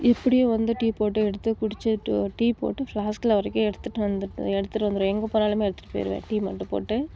இப்படியும் வந்து டீ போட்டு எடுத்து குடிச்சுட்டு டீ போட்டு ஃபிளாஸ்க்கில் வரைக்கும் எடுத்துகிட்டு வந்து எடுத்துகிட்டு வந்துடுவேன் எங்கே போனாலும் எடுத்துகிட்டு போய்டுவேன் டீ மட்டும் போட்டு